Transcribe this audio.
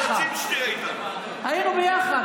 אם שתינו קפה לא היינו ביחד,